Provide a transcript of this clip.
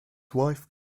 wife